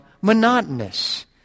monotonous